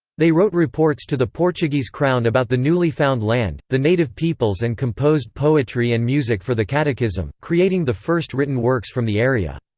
they wrote reports to the portuguese crown about the newly found land, the native peoples and composed poetry and music for the catechism, creating the first written works from the area.